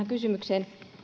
kysymykseen